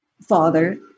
father